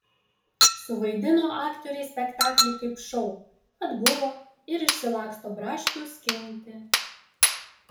suvaidino aktoriai spektaklį kaip šou atbuvo ir išsilaksto braškių skinti